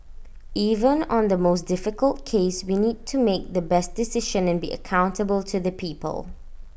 even on the most difficult case we need to make the best decision and be accountable to the people